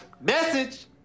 Message